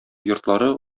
йортлары